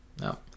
No